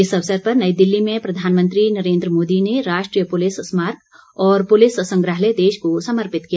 इस अवसर पर नई दिल्ली में प्रधानमंत्री नरेन्द्र मोदी ने राष्ट्रीय पुलिस स्मारक और पुलिस संग्रहालय देश को समर्पित किया